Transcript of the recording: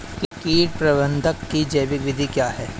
कीट प्रबंधक की जैविक विधि क्या है?